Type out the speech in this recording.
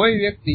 કોઈ વ્યક્તિ